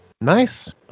Nice